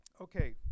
okay